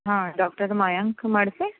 હા ડોક્ટર મયંક મળશે